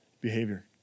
behavior